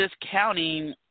discounting